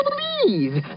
Please